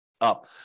Up